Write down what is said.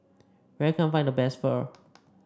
where can I find the best Pho